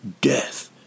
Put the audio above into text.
Death